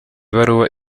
ibaruwa